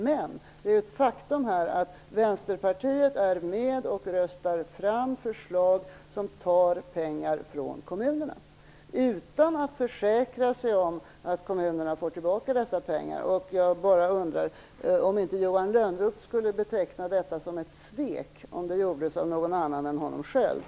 Men faktum är att Vänsterpartiet är med och röstar fram förslag som tar pengar från kommunerna utan att försäkra sig om att kommunerna får tillbaka dessa pengar. Jag bara undrar om inte Johan Lönnroth skulle beteckna detta som ett svek, om det gjordes av någon annan än honom själv.